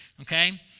okay